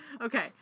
Okay